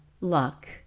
luck